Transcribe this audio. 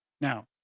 Now